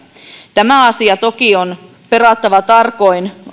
tämä asia toki on perattava tarkoin